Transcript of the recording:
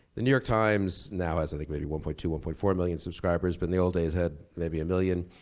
the new york times now has, i think, maybe one point two or one point four million subscribers but in the old days had maybe a million.